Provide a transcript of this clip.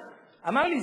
אנשים מוכשרים, הם אומרים: